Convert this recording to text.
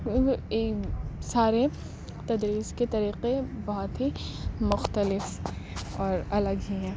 سارے تدریس کے طریقے بہت ہی مختلف اور الگ ہی ہیں